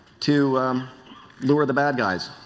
to lure the bad guys.